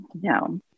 No